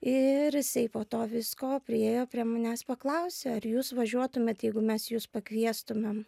ir jisai po to visko priėjo prie manęs paklausė ar jūs važiuotumėt jeigu mes jus pakviestumėm